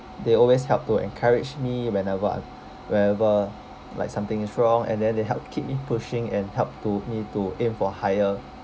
they always help to encourage me whenever I wherever like something is wrong and then they help keep me pushing and help to me to aim for higher